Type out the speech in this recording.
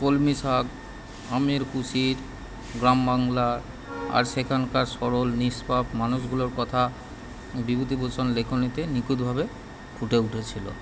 কলমি শাক আমের কুশির গ্রামবাংলা আর সেখানকার সরল নিষ্পাপ মানুষগুলোর কথা বিভূতিভূষণ লেখনীতে নিখুঁতভাবে ফুটে উঠেছিল